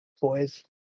boys